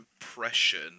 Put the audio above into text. impression